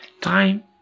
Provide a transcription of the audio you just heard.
Time